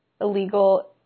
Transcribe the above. illegal